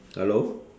hello